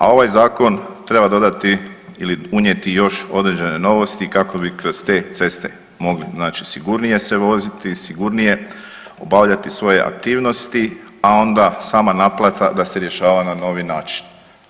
A ovaj zakon treba dodati ili unijeti još određene novosti kako bi kroz te ceste mogli sigurnije se voziti, sigurnije obavljati svoje aktivnosti, a onda sama naplata da se rješava na novi način.